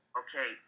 okay